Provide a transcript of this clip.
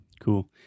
cool